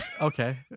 Okay